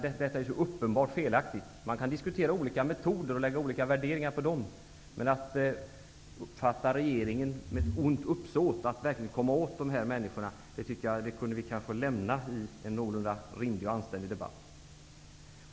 Detta är så uppenbart felaktigt. Man kan diskutera olika metoder och lägga olika värderingar på dem, men att uppfatta regeringen som om den har ett ont uppsåt att verkligen komma åt dessa människor, tycker jag kanske att vi kunde lämna i en någorlunda rimlig och anständig debatt.